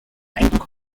eindruck